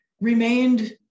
remained